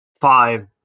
five